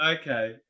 Okay